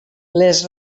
les